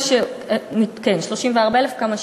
כן, 34,000, כמה שהקראתי,